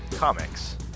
Comics